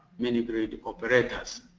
mini grid operators.